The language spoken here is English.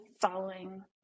following